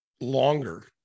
longer